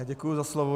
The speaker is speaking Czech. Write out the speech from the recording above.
Děkuji za slovo.